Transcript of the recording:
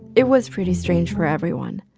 it was pretty strange for everyone.